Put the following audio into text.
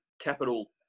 capital